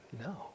no